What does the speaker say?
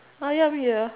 uh ya me ah